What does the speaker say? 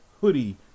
hoodie